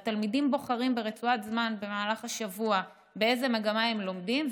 והתלמידים בוחרים ברצועת זמן במהלך השבוע באיזו מגמה הם לומדים,